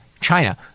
China